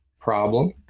problem